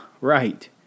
right